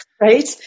right